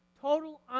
Total